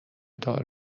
دار